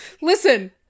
listen